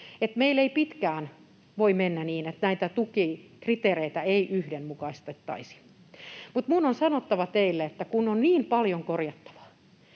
meillä ei pitkään voi mennä niin, että näitä tukikriteereitä ei yhdenmukaistettaisi. Mutta minun on sanottava teille, että kun on niin paljon korjattavaa,